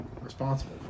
responsible